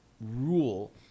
rule